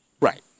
Right